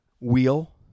wheel